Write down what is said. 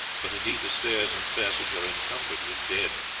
but indeed the stairs and passage are encumbered with dead.